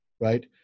right